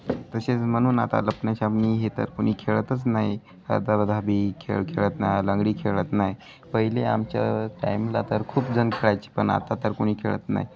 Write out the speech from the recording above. तसेच म्हणून आता लप्नाशापणी हे तर कोणी खेळतच नाही आबाधाबी खेळ खेळत नाही लंगडी खेळत नाही पहिले आमच्या टाईमला तर खूप जण खेळायची पण आता तर कुणी खेळत नाही